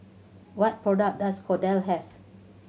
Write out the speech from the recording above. what product does Kordel have